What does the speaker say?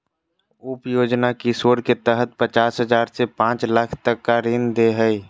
उप योजना किशोर के तहत पचास हजार से पांच लाख तक का ऋण दे हइ